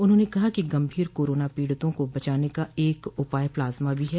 उन्होंने कहा कि गभीर कोरोना पीड़ित को बचाने का एक उपाय प्लाज्मा है